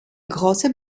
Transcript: große